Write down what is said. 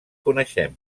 coneixem